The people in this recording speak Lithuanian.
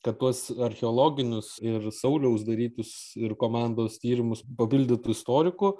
tad tuos archeologinius ir sauliaus darytus ir komandos tyrimus papildytų istorikų